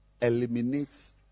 Eliminates